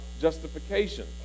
justification